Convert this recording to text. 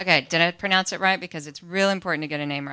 i pronounce it right because it's really important to get a name